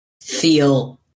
feel